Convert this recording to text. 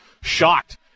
shocked